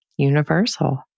universal